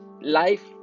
life